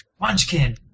Munchkin